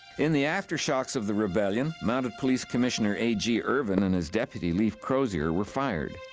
in the aftershocks of the rebellion, mounted police commissioner a g. irvine and his deputy leif crozier were fired.